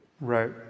Right